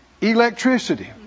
electricity